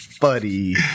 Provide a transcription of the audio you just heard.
buddy